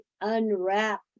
unwrap